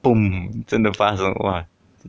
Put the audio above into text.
boom 真的发生哇